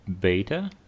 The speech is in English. beta